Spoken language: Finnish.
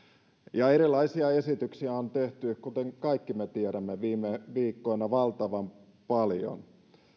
ja erilaisia esityksiä on tehty kuten kaikki me tiedämme viime viikkoina valtavan paljon